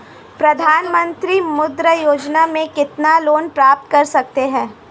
प्रधानमंत्री मुद्रा योजना में कितना लोंन प्राप्त कर सकते हैं?